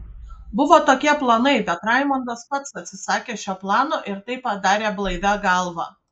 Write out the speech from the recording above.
buvo tokie planai bet raimondas pats atsisakė šio plano ir tai padarė blaivia galva